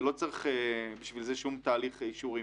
לא צריך בשביל זה שום תהליך אישורים.